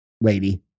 Lady